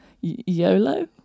YOLO